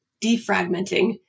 defragmenting